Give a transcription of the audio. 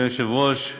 אדוני היושב-ראש,